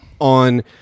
on